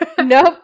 Nope